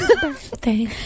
Birthday